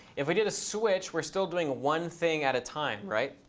if we did a switch, we're still doing one thing at a time, right?